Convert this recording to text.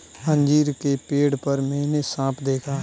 अंजीर के पेड़ पर मैंने साँप देखा